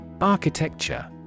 Architecture